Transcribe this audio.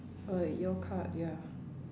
uh your card ya